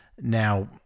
Now